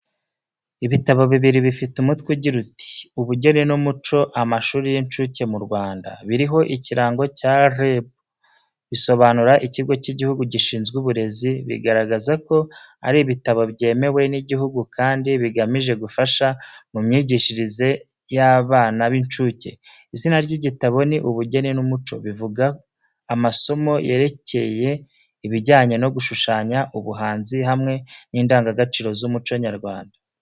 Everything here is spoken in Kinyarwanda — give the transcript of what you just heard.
Ibitabo bibiri bifite umutwe ugira uti:"Ubugeni n’umuco amashuri y’inshuke mu Rwanda." Biriho ikirango cya REB bisobanura Ikigo cy'Igihugu gishinzwe Uburezi, bigaragaza ko ari ibitabo byemewe n’igihugu kandi bigamije gufasha mu myigishirize y’abana b’inshuke. Izina ry’igitabo ni Ubugeni n’Umuco, bivuga amasomo yerekeye ibijyanye no gushushanya, ubuhanzi, hamwe n’indangagaciro z’umuco nyarwanda.